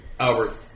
Albert